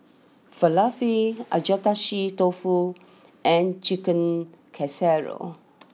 Falafel Agedashi Dofu and Chicken Casserole